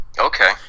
Okay